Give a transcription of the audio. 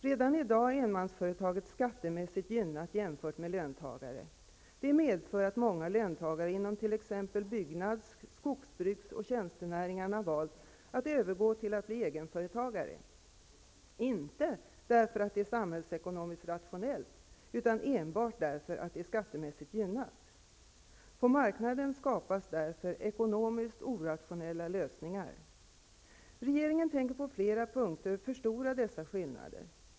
Redan i dag är enmansföretaget skattemässigt gynnat jämfört med löntagare. Det medför att många löntagare inom t.ex. byggnads-, skogsbruksoch tjänstenäringarna valt att övergå till att bli egenföretagare. Anledningen är inte den att det är samhällsekonomiskt rationellt utan enbart att det är skattemässigt gynnat. På marknaden skapas därför ekonomiskt orationella lösningar. Regeringen tänker på flera punkter förstora dessa skillnader.